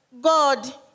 God